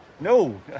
No